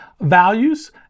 values